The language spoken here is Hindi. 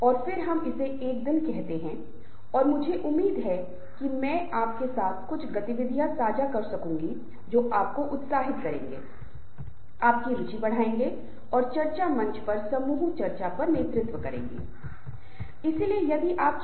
एक समूह दो या दो से अधिक लोगों को संदर्भित करता है जो स्वयं का सामान्य अर्थ और मूल्यांकन साझा करते हैं और सामान्य लक्ष्यों को प्राप्त करने के लिए एक साथ आते हैं